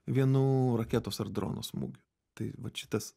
vienu raketos ar drono smūgiu tai vat šitas